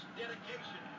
dedication